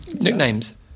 Nicknames